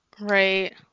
Right